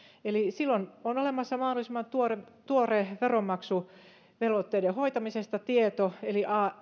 silloin on olemassa mahdollisimman tuore tuore tieto veronmaksuvelvoitteiden hoitamisesta eli